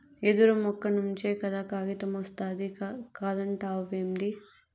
యెదురు మొక్క నుంచే కదా కాగితమొస్తాది కాదంటావేంది